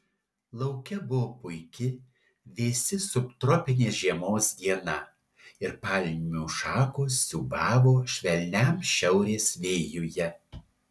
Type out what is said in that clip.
lauke buvo puiki vėsi subtropinės žiemos diena ir palmių šakos siūbavo švelniam šiaurės vėjuje